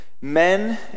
men